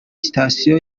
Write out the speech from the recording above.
sitasiyo